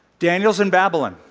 daniel's in babylon,